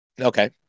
Okay